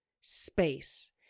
space